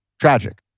Tragic